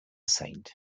saint